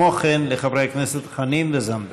וכן לחברי הכנסת חנין וזנדברג.